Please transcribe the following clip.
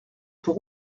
pour